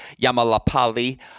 Yamalapali